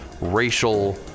racial